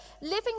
living